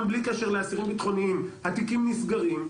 גם בלי קשר לאסירים ביטחוניים, התיקים נסגרים,